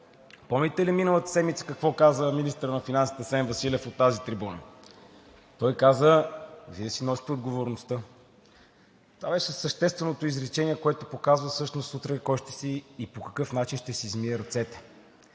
Помните ли миналата седмица какво каза министърът на финансите Асен Василев от тази трибуна? Той каза: „Вие си носите отговорността.“ Това беше същественото изречение, което показва всъщност утре кой и по какъв начин ще си измие ръцете.